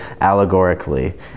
allegorically